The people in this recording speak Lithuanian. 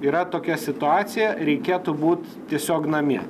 yra tokia situacija reikėtų būt tiesiog namie